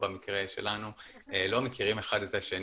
במקרה שלנו לא מכירים אחד את השני,